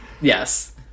Yes